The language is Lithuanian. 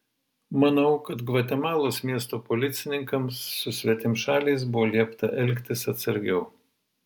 manau kad gvatemalos miesto policininkams su svetimšaliais buvo liepta elgtis atsargiau